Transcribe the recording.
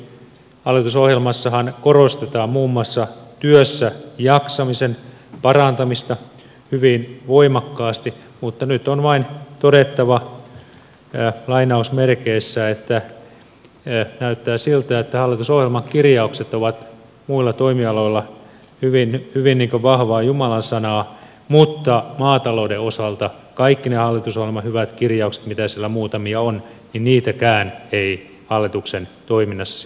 hallitusohjelmassahan korostetaan muun muassa työssäjaksamisen parantamista hyvin voimakkaasti mutta nyt on vain todettava lainausmerkeissä että näyttää siltä että hallitusohjelman kirjaukset ovat muilla toimialoilla hyvin vahvaa jumalan sanaa mutta maatalouden osalta kaikkia niitäkään hallitusohjelman hyviä kirjauksia mitä siellä muutamia on ei hallituksen toiminnassa sitten noudateta